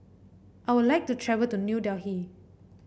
I would like to travel to New Delhi